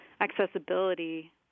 accessibility